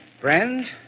friends